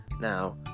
Now